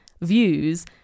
views